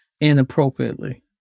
inappropriately